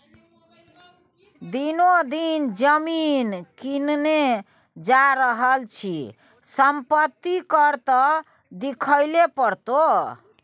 दिनो दिन जमीन किनने जा रहल छी संपत्ति कर त दिअइये पड़तौ